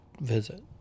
visit